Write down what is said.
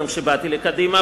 גם כשבאתי לקדימה,